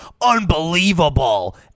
unbelievable